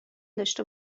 داشته